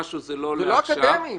זה לא לעכשיו -- זה לא אקדמי.